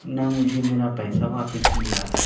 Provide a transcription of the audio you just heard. نہ مجھے میرا پیسہ واپس ملا ہے